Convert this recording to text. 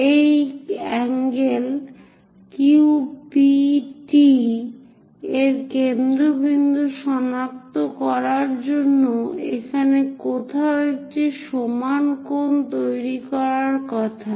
এই ∠Q P T এর কেন্দ্রবিন্দু সনাক্ত করার জন্য এখানে কোথাও একটি সমান কোণ তৈরি করার কথা